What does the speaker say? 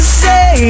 say